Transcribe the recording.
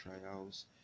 trials